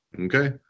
Okay